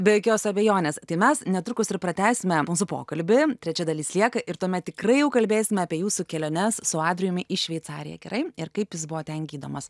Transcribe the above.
be jokios abejonės tai mes netrukus ir pratęsime mūsų pokalbį trečia dalis lieka ir tuomet tikrai jau kalbėsime apie jūsų keliones su adrijumi į šveicariją gerai ir kaip jis buvo ten gydomas